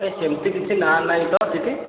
ଏ ସେମିତି କିଛି ନାଁ ନାହିଁ ତ ସେଠି